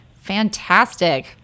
Fantastic